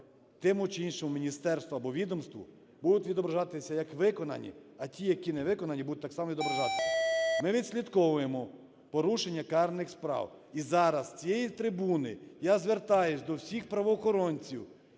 тому чи іншому міністерству або відомству, будуть відображатися як виконані. А ті, які не виконані, будуть так само відображатися. Ми відслідковуємо порушення карних справ. І зараз з цієї трибуни я звертаюсь до всіх правоохоронців.